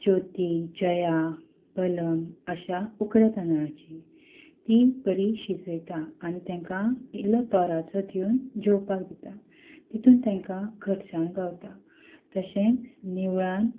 ज्योती जया बलम अशा उकड्या तांदळाची ती बरी शिजयता आनी ताका इल्लो तोराचो दिवन जेवपाक दिता तितून तेंकां घटसाण गावता तशेंच निवळान